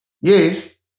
Yes